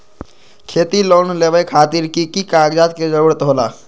खेती लोन लेबे खातिर की की कागजात के जरूरत होला?